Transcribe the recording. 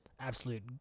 absolute